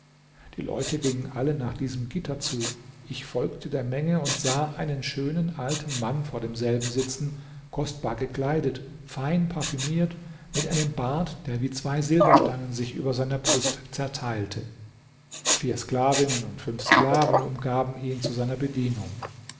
die leute gingen alle nach diesem gitter zu ich folgte der menge und sah einen schönen alten mann vor demselben sitzen kostbar gekleidet fein parfümiert mit einem bart der wie zwei silberstangen sich über seiner brust zerteilte vier sklavinnen und fünf sklaven umgaben ihn zu seiner bedienung